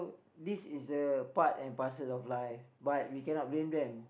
this is a part and parcel of life but we can not blame them